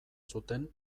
zuten